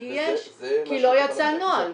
כי לא יצא נוהל.